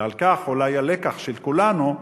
ועל כך אולי הלקח של כולנו,